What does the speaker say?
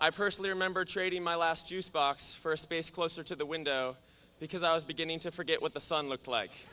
i personally remember trading my last used box for a space closer to the window because i was beginning to forget what the sun looked like